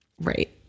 Right